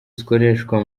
zikorershwa